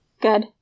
Good